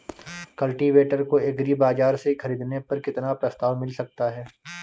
Cultivator को agri बाजार से ख़रीदने पर कितना प्रस्ताव मिल सकता है?